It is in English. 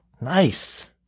Nice